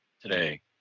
today